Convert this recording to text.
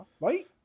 right